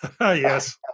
Yes